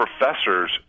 professors